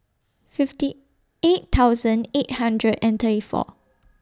fifty eight thousand eight hundred and thirty four